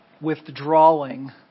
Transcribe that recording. withdrawing